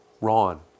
Ron